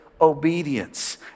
obedience